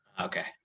Okay